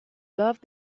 love